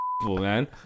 Man